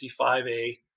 55A